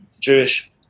jewish